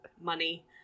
money